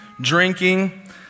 drinking